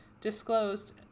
disclosed